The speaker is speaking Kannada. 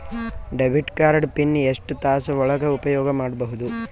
ಡೆಬಿಟ್ ಕಾರ್ಡ್ ಪಿನ್ ಎಷ್ಟ ತಾಸ ಒಳಗ ಉಪಯೋಗ ಮಾಡ್ಬಹುದು?